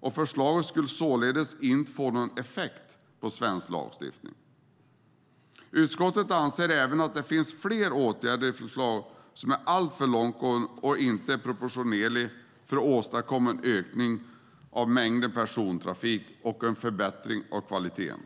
och förslaget skulle således inte få någon effekt på svensk lagstiftning. Utskottet anser även att det finns fler åtgärder i förslagen som är alltför långtgående och inte är proportionella för att åstadkomma en ökning av mängden persontrafik och en förbättring av kvaliteten.